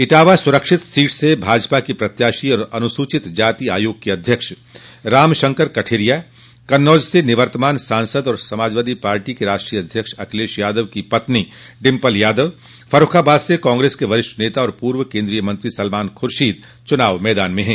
इटावा सुरक्षित सीट से भाजपा प्रत्याशी और अनुसूचित जाति आयोग के अध्यक्ष रामशंकर कठेरिया कन्नौज से निवर्तमान सांसद और सपा के राष्ट्रीय अध्यक्ष अखिलेश यादव की पत्नी डिम्पल यादव फर्रूखाबाद से कांग्रेस के नेता और पूर्व केन्द्रीय मंत्री सलमान खुर्शीद चुनाव मैदान में हैं